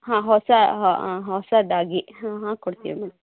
ಹಾಂ ಹೊಸ ಹೊಸದಾಗಿ ಹಾಂ ಹಾಕಿ ಕೊಡ್ತೀವಿ ಮೇಡಂ